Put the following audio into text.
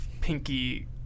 pinky